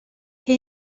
che